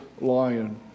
lion